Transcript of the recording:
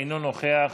אינו נוכח,